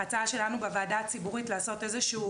ההצעה שלנו בוועדה הציבורית לעשות איזשהו